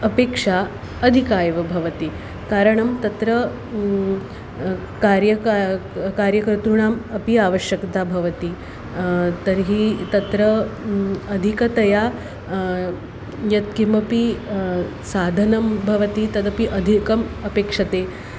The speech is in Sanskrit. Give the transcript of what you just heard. अपेक्षा अधिका एव भवति कारणं तत्र कार्यं का कार्यकर्तॄणाम् अपि आवश्यकता भवति तर्हि तत्र अधिकतया यत्किमपि साधनं भवति तदपि अधिकम् अपेक्ष्यते